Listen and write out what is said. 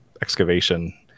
excavation